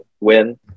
win